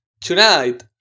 Tonight